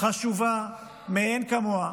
חשובה מאין כמוה,